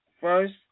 First